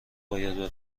باید